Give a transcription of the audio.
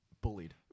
Bullied